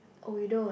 oh we don't